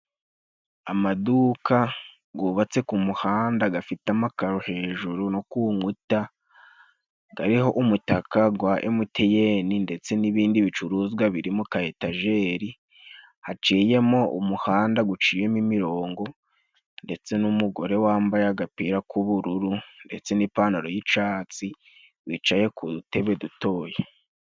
Amaduka yubatse ku muhanda afite amakaro hejuru no ku nkuta, ariho umutaka wa MTN ndetse n'ibindi bicuruzwa biri mu ka etajeri. Haciyemo umuhanda uciyemo imirongo, ndetse n'umugore wambaye agapira k'ubururu ndetse n'ipantaro y'icyatsi wicaye ku dutebe dutoya.